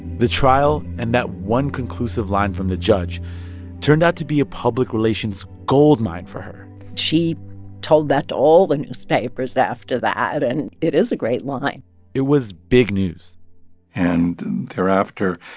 the trial and that one conclusive line from the judge turned out to be a public relations goldmine for her she told that to all the newspapers after that, and and it is a great line it was big news and thereafter,